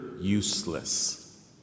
useless